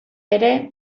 ere